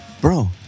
Bro